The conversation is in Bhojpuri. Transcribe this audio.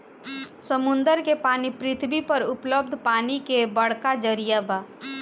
समुंदर के पानी पृथ्वी पर उपलब्ध पानी के बड़का जरिया बा